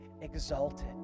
exalted